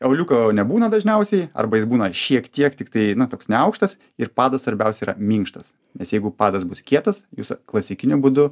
auliuko nebūna dažniausiai arba jis būna šiek tiek tiktai toks neaukštas ir padas svarbiausia yra minkštas nes jeigu padas bus kietas jūs klasikiniu būdu